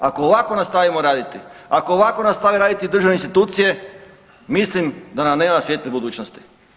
Ako ovako nastavimo raditi, ako ovako nastave raditi državne institucije, mislim da nam nema svijetle budućnosti.